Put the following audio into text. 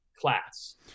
class